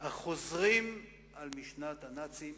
החוזרים אל משנת הנאצים,